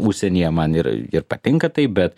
užsienyje man ir ir patinka tai bet